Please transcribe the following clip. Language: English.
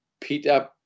Peter